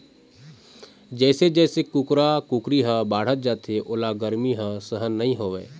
जइसे जइसे कुकरा कुकरी ह बाढ़त जाथे ओला गरमी ह सहन नइ होवय